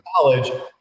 college